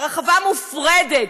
הרחבה מופרדת.